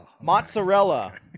Mozzarella